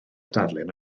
darlun